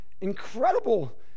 incredible